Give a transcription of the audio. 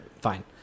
Fine